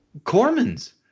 Cormans